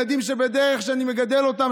ילדים בדרך שאני מגדל אותם,